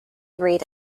agreed